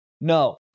No